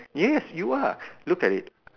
yes you are look at it